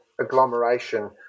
agglomeration